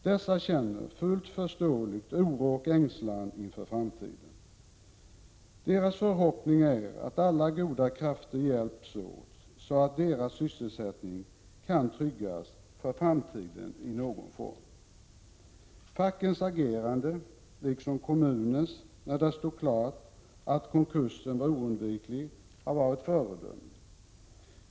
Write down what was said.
Dessa känner, och det är fullt förståeligt, oro och ängslan inför framtiden. Deras förhoppning är att alla goda krafter skall förenas, så att deras sysselsättning kan tryggas för framtiden i någon form. Fackens agerande, liksom kommunens, när det stod klart att konkursen var oundviklig, har varit föredömligt.